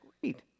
great